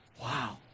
Wow